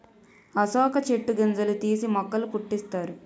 అశోక చెట్టు గింజలు తీసి మొక్కల పుట్టిస్తారు